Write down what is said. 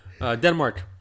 Denmark